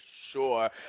sure